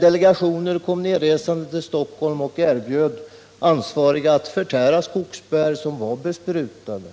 delegationer kom nedresande till Stockholm och erbjöd ansvariga att förtära skogsbär som var besprutade.